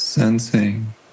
sensing